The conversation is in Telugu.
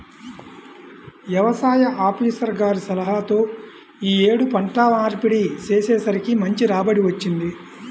యవసాయ ఆపీసర్ గారి సలహాతో యీ యేడు పంట మార్పిడి చేసేసరికి మంచి రాబడి వచ్చింది